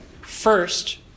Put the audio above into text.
first